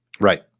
Right